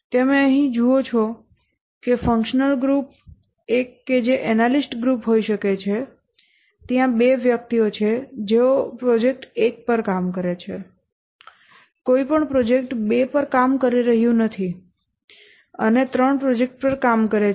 તમે અહીં જુઓ છો કે ફંક્શનલ ગ્રુપ એક કે જે એનાલિસ્ટ ગ્રુપ હોઈ શકે છે ત્યાં બે વ્યક્તિઓ છે જેઓ પ્રોજેક્ટ 1 પર કામ કરે છે કોઈ પણ પ્રોજેક્ટ 2 પર કામ કરી રહ્યું નથી અને 3 પ્રોજેક્ટ પર કામ કરે છે